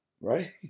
right